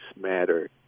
Matter